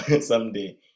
someday